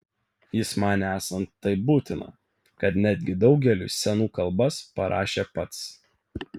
jis manė esant taip būtina kad netgi daugeliui scenų kalbas parašė pats